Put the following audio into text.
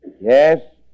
Yes